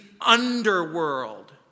underworld